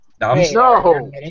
no